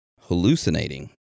Hallucinating